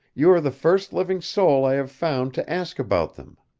you are the first living soul i have found to ask about them.